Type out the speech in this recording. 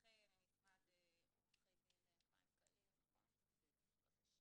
מומחה ממשרד עורכי דין חיים קליר, בבקשה.